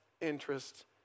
interests